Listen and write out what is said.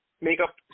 makeup